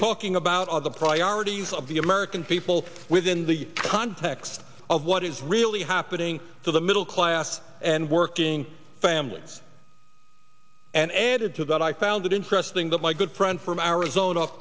talking about are the priorities of the american people within the context of what is really happening to the middle class and working families and added to that i found it interesting that my good friend from our zon